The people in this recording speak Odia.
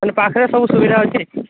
ବୋଲେ ପାଖରେ ସବୁ ସୁବିଧା ଅଛି